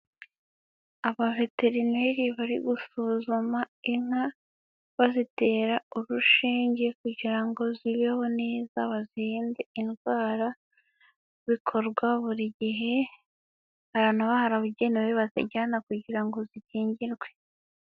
Abaveterineri bari gusuzuma inka bazitera urushinge kugira ngo zibeho neza bazirinde indwara, bikorwa buri gihe abantu barabugenewe bazijyana kugira ngo zikingirwe.